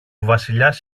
βασιλιάς